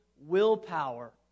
willpower